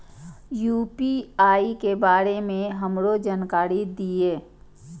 UPI के बारे में हमरो जानकारी दीय?